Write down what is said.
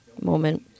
moment